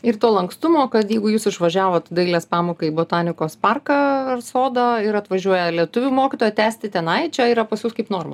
ir to lankstumo kad jeigu jūs išvažiavot dailės pamoką į botanikos parką ar sodą ir atvažiuoja lietuvių mokytoją tęsti tenai čia yra pas jus kaip norma